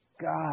God